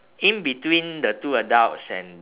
in between the two adults and